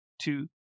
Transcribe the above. two